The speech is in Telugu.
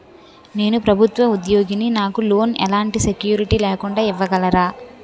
నేను ప్రభుత్వ ఉద్యోగిని, నాకు లోన్ ఎలాంటి సెక్యూరిటీ లేకుండా ఇవ్వగలరా?